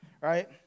right